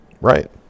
Right